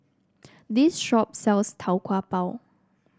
this shop sells Tau Kwa Pau